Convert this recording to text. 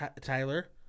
Tyler